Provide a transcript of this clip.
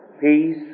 peace